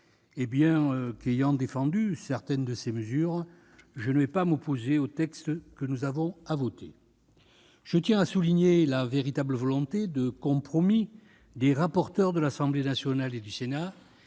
Et bien qu'ayant défendu certaines d'entre elles, je ne vais pas m'opposer au texte que nous avons à voter. Je tiens à souligner la véritable volonté de compromis des rapporteurs de l'Assemblée nationale et du Sénat,